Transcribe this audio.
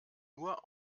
nur